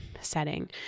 setting